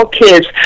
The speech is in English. kids